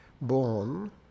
born